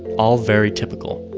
all very typical.